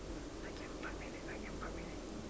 perking permeate like permeate